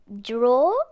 draw